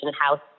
house